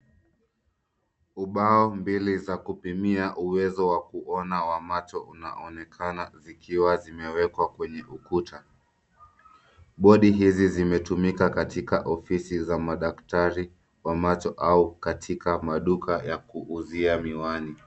Ubao mbili za kupimia uwezo wa kuona wa macho unaonekana zikiwa zimewekwa kwenye ukuta. Bodi hizi zimetumika katika ofisi za madaktari wa macho au katika maduka ya kuuzia miwani.